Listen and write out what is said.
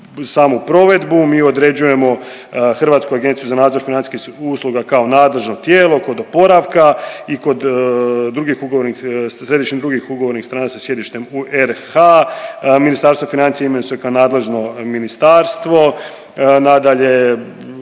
samu provedbu, mi određujemo Hrvatsku agenciju za nadzor financijskih usluga kao nadležno tijelo kod oporavka i kod drugih ugovornih, središnjih i drugih ugovornih strana sa sjedištem u RH. Ministarstvo financija imenuje se kao nadležno ministarstvo. Nadalje,